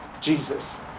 Jesus